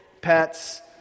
pets